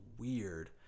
Weird